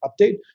update